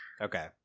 Okay